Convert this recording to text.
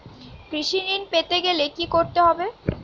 কৃষি ঋণ পেতে গেলে কি করতে হবে?